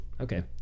Okay